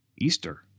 Easter